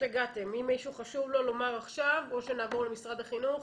אם מישהו חשוב לו לומר עכשיו או שנעבור למשרד החינוך,